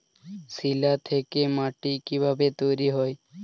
শিলা থেকে মাটি কিভাবে তৈরী হয়?